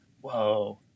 whoa